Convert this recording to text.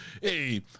Hey